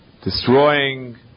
destroying